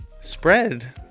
Spread